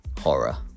horror